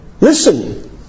Listen